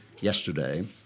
yesterday